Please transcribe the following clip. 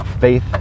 Faith